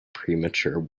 premature